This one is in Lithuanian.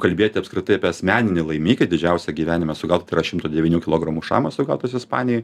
kalbėti apskritai apie asmeninį laimikį didžiausią gyvenime sugautą tai yra šimto devynių kilogramų šamas sugautas ispanijoj